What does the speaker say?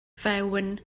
fewn